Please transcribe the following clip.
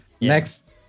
next